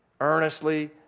earnestly